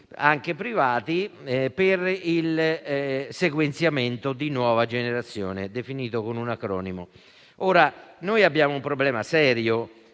anche privati per il sequenziamento di nuova generazione, definito con un acronimo. Abbiamo un problema serio